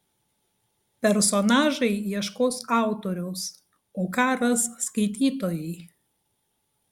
personažai ieškos autoriaus o ką ras skaitytojai